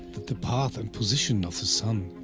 that the path and position of the sun,